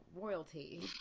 royalty